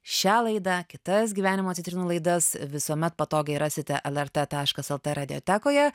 šią laidą kitas gyvenimo citrinų laidas visuomet patogiai rasite lrt taškas lt radiotekoje